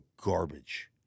garbage